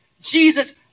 Jesus